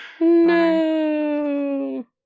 No